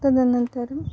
तदनन्तरम्